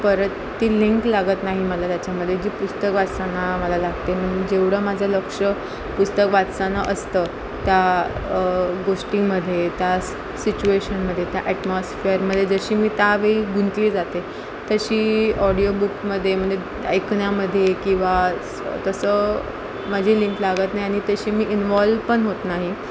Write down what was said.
परत ती लिंक लागत नाही मला त्याच्यामध्ये जी पुस्तक वाचताना मला लागते म्हणून जेवढं माझं लक्ष पुस्तक वाचताना असतं त्या गोष्टींमध्ये त्या सिच्युएशनमध्ये त्या एटमॉसफेअरमध्ये जशी मी त्यावेळी गुंतली जाते तशी ऑडिओबुकमध्ये म्हणजे ऐकण्यामध्ये किंवा तसं माझी लिंक लागत नाही आणि तशी मी इनवॉल्व पण होत नाही